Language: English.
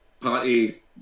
party